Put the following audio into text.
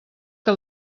que